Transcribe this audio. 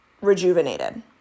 rejuvenated